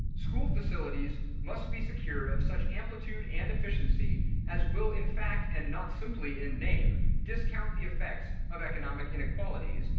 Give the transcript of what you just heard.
school facilities must be secured of such amplitude and efficiency as will in fact and not simply in name discount the effects of economic inequalities,